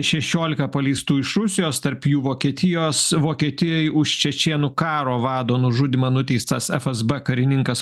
šešiolika paleistų iš rusijos tarp jų vokietijos vokietijoj už čečėnų karo vado nužudymą nuteistas fsb karininkas